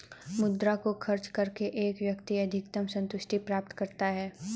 मुद्रा को खर्च करके एक व्यक्ति अधिकतम सन्तुष्टि प्राप्त करता है